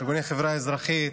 ארגוני חברה אזרחית,